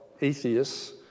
atheists